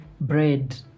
bread